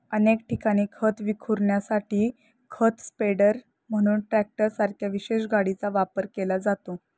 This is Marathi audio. अनेक ठिकाणी खत विखुरण्यासाठी खत स्प्रेडर म्हणून ट्रॅक्टरसारख्या विशेष गाडीचा वापर केला जातो